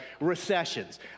recessions